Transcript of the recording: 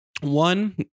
one